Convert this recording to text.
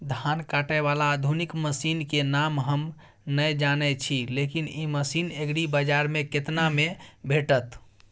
धान काटय बाला आधुनिक मसीन के नाम हम नय जानय छी, लेकिन इ मसीन एग्रीबाजार में केतना में भेटत?